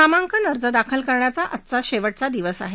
नामांकन अर्ज दाखल करण्याचा आजचा शेवाज्ञा दिवस आहे